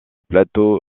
plateau